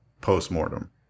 post-mortem